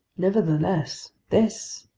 nevertheless, this,